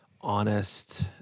honest